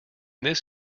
this